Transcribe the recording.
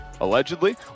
allegedly